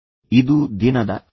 ಇದು ದಿನದ ಅಂತ್ಯವಾಗಬಹುದೇ